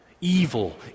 Evil